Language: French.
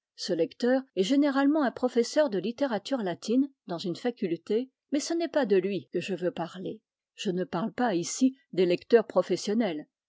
ce lecteur est généralement un professeur de littérature latine dans une faculté mais ce n'est pas de lui que je veux parler je ne parle pas ici des lecteurs professionnels